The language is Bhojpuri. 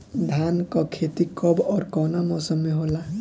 धान क खेती कब ओर कवना मौसम में होला?